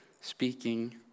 speaking